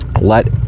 let